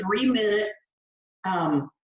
three-minute